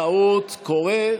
טעות, קורה.